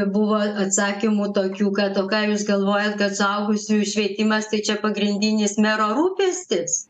buvo atsakymų tokių kad o ką jūs galvojat kad suaugusiųjų švietimas tai čia pagrindinis mero rūpestis